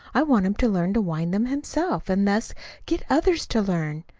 i want him to learn to wind them himself, and thus get others to learn.